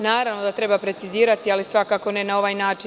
Naravno da treba precizirati, ali svakako ne na ovaj način.